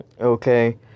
okay